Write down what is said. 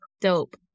Dope